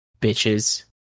bitches